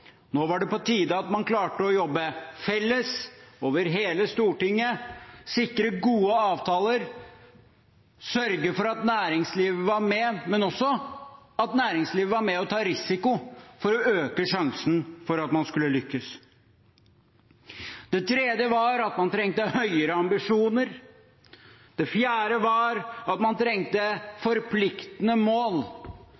Nå var det på tide at man klarte å jobbe felles over hele Stortinget, sikre gode avtaler, sørge for at næringslivet var med, men også at næringslivet var med på å ta risiko, for å øke sjansen for at man skulle lykkes. Det tredje var at man trengte høyere ambisjoner. Det fjerde var at man trengte